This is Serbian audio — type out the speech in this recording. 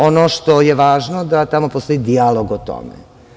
Ono što je važno da tamo postoji dijalog o tome.